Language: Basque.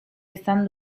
izan